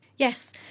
Yes